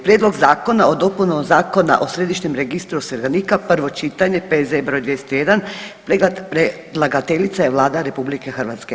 Prijedlog zakona o dopunama Zakona o Središnjem registru osiguranika, prvo čitanje, P.Z.E. br. 201, predlagateljica je Vlada RH.